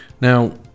Now